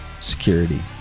security